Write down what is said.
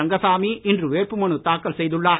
ரங்கசாமி இன்று வேட்பு மனு தாக்கல் செய்துள்ளார்